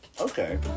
Okay